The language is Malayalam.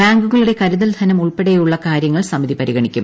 ബാങ്കുകളുടെ കരുതൽ ധനം ഉൾപ്പെടെയുള്ള കാര്യങ്ങൾ സമിതി പരിഗണിക്കും